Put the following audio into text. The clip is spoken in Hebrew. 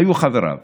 היו חבריו.